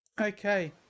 Okay